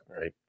right